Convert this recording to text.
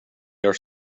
are